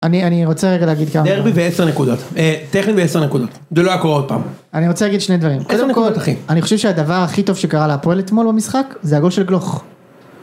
אני, אני רוצה רגע להגיד כמה.. דרבי ועשר נקודות. אה.. טכני ועשר נקודות. זה לא היה קורה עוד פעם. אני רוצה להגיד שני דברים. עשר נקודות אחי. אני חושב שהדבר הכי טוב שקרה להפועל אתמול במשחק, זה הגול של גלוך.